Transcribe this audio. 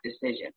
decision